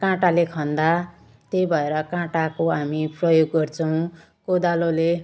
काँटाले खन्दा त्यही भएर काँटाको हामी प्रयोग गर्छौँ कोदालोले